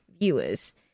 viewers